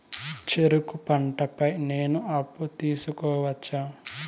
చెరుకు పంట పై నేను అప్పు తీసుకోవచ్చా?